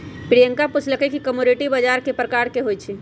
प्रियंका पूछलई कि कमोडीटी बजार कै परकार के होई छई?